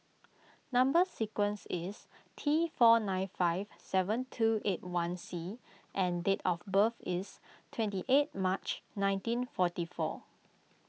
Number Sequence is T four nine five seven two eight one C and date of birth is twenty eight March nineteen forty four